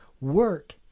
Work